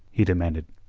he demanded.